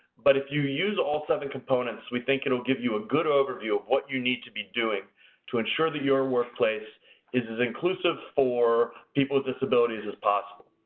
but if you use all seven components, we think it will give you a good overview of what you need to be doing to ensure that your workplace is as inclusive for people with disabilities as possible.